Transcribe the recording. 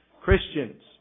Christians